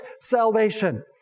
salvation